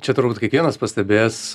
čia turbūt kiekvienas pastebės